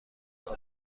میان